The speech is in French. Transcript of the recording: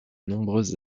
nombreuses